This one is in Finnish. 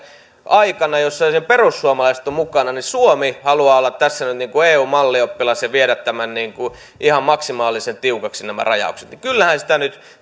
aikana jossa esimerkiksi perussuomalaiset ovat mukana suomi haluaa olla tässä nyt eun mallioppilas ja viedä ihan maksimaalisen tiukaksi nämä rajaukset kyllähän sitä nyt